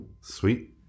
sweet